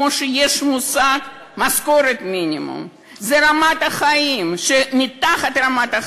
כמו שיש מושג "משכורת מינימום"; זו רמת החיים שמתחתיה,